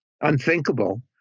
unthinkable